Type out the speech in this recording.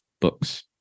books